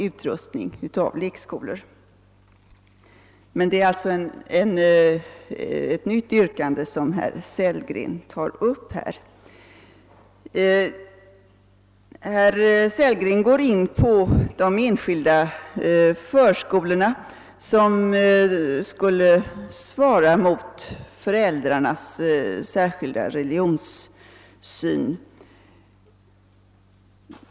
utrustning av lekskolor. Det är alltså ett nytt yrkande som herr Sellgren nu framställer. Herr Sellgren går in på de enskilda förskolor som skulle svara mot föräldrarnas särskilda religiösa syn.